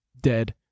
dead